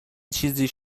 چیزیش